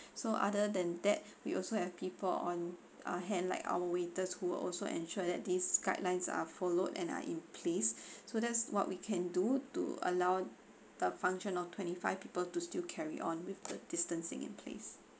so other than that we also have people on uh hand like our waiters who were also ensure that these guidelines are followed and are in place so that's what we can do to allow a function of twenty five people to still carry on with the distancing in place